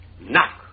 Knock